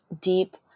deep